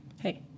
Hey